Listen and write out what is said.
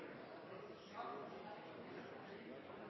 at all tale